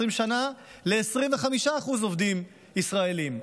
20 שנה ל-25% עובדים ישראלים.